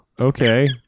Okay